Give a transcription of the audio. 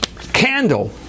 candle